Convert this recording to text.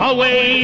Away